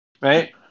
right